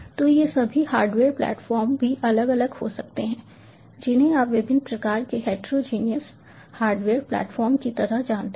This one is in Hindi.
तो ये सभी हार्डवेयर प्लेटफ़ॉर्म भी अलग अलग हो सकते हैं जिन्हें आप विभिन्न प्रकार के हेटेरोजेनस हार्डवेयर प्लेटफ़ॉर्म की तरह जानते हैं